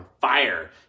fire